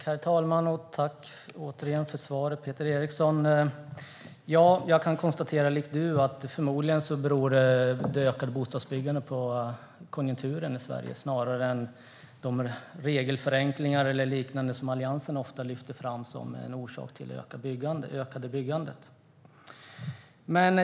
Herr talman! Tack återigen för svaret, Peter Eriksson! Jag kan liksom du konstatera att det ökade bostadsbyggandet förmodligen beror på konjunkturen i Sverige snarare än på de regelförenklingar eller liknande som Alliansen ofta lyfter fram som en orsak till det ökande byggandet.